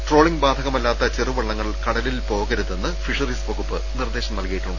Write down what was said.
trawling ബാധകമല്ലാത്ത ചെറുവള്ളങ്ങൾ കടലിൽ പോവരുതെന്ന് ഫിഷറീസ് വകുപ്പ് നിർദേശം നൽകിയിട്ടുണ്ട്